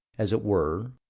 as it were,